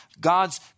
God's